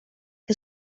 que